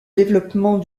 développement